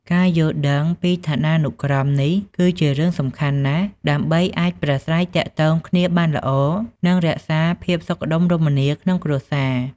ការយល់ដឹងអំពីឋានានុក្រមនេះ គឺជារឿងសំខាន់ណាស់ដើម្បីអាចប្រាស្រ័យទាក់ទងគ្នាបានល្អ និងរក្សាភាពសុខដុមរមនាក្នុងគ្រួសារ។